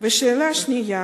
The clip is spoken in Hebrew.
השאלה השנייה: